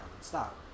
Stop